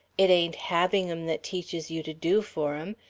it ain't having em that teaches you to do for em.